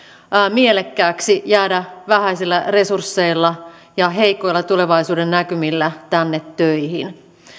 mielekkääksi jäädä vähäisillä resursseilla ja heikoilla tulevaisuudennäkymillä tänne töihin